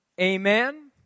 Amen